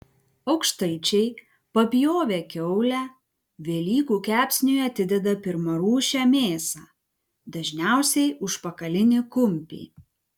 aukštaičiai papjovę kiaulę velykų kepsniui atideda pirmarūšę mėsą dažniausiai užpakalinį kumpį